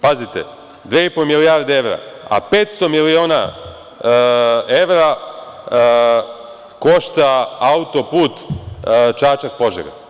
Pazite, dve i po milijarde evra, a 500 miliona evra košta auto-put Čačak - Požega.